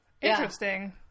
Interesting